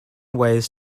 ways